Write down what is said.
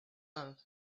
all